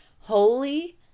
Holy